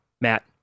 Matt